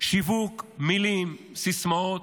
שיווק מילים, סיסמאות,